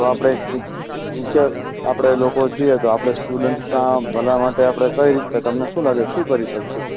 તો આપડે ટીચર્સ આપડે લોકો છીએ તો આપડે સ્ટુડન્ટસના ભલા માટે આપડે કઈ રીતે તમને શું લાગે શું કરી શકશું